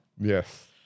Yes